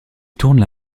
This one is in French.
tournent